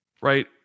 Right